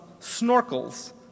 snorkels